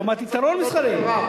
לעומת יתרון מסחרי.